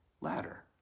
ladder